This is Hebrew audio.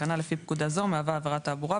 פקודה זו המהווה הפרת תעבורה,